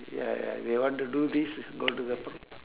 ya ya they want to do these go to the par~